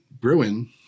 Bruin